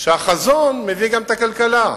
שהחזון מביא גם את הכלכלה.